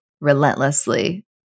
relentlessly